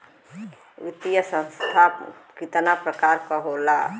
वित्तीय संस्था कितना प्रकार क होला?